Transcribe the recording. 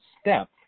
step